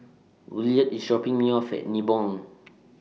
Williard IS dropping Me off At Nibong